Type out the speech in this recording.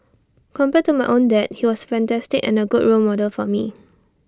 compared to my own dad he was fantastic and A good role model for me